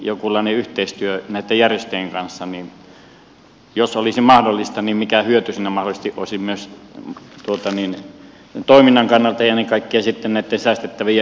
jos jonkunlainen yhteistyö näitten järjestöjen kanssa olisi mahdollista niin mikä hyöty siinä mahdollisesti olisi myös toiminnan kannalta ja ennen kaikkea sitten näitten säästettävien eurojen kannalta